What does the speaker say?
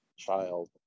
Child